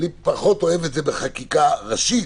אני פחות אוהב את זה בחקיקה ראשית,